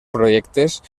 projectes